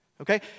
Okay